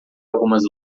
algumas